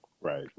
Right